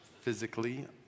physically